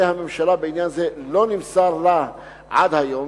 הממשלה בעניין זה לא נמסר לה עד היום,